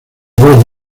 dos